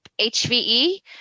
hve